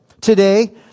Today